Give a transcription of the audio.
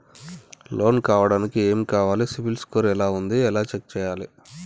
Loan కావడానికి ఏమి కావాలి సిబిల్ స్కోర్ ఎలా ఉంది ఎలా చెక్ చేయాలి?